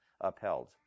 upheld